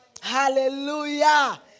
Hallelujah